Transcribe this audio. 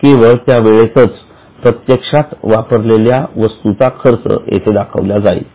केवळ त्या वेळेतच प्रत्यक्षात वापरलेल्या वस्तूंचा खर्च येथे दाखवला जाईल